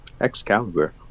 Excalibur